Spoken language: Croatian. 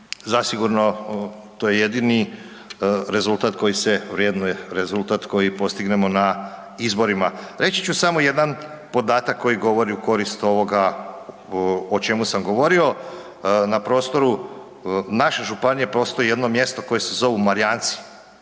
Zasigurno jedini rezultat koji se vrjednuje, rezultat koji postignemo na izborima. Reći ću samo jedan podatak koji govori u korist ovoga o čemu sam govorio, na prostoru naše županije postoji jedno mjesto koje se zovu Marijanci.